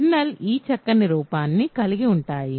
కెర్నల్లు ఈ చక్కని రూపాన్ని కలిగి ఉంటాయి